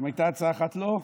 אם הייתה הצעה אחת, לא,